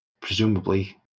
presumably